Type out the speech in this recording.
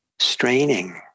Straining